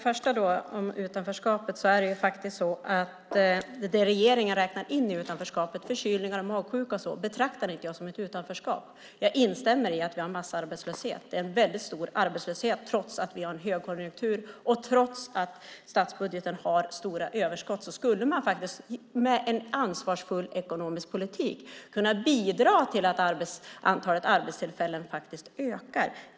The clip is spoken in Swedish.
Fru talman! Det regeringen räknar in i utanförskapet, förkylningar, magsjuka och sådant, betraktar inte jag som ett utanförskap. Jag instämmer i att vi har en massarbetslöshet. Det är en väldigt stor arbetslöshet trots att vi har en högkonjunktur och trots att statsbudgeten har stora överskott. Med en ansvarsfull ekonomisk politik skulle man kunna bidra till att antalet arbetstillfällen ökar.